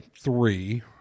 three